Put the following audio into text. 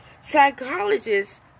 Psychologists